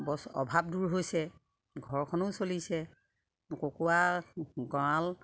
অভাৱ দূৰ হৈছে ঘৰখনো চলিছে কুকুৰা গঁৰাল